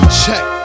check